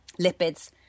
lipids